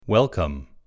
Welcome